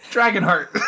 Dragonheart